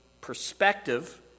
perspective